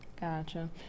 gotcha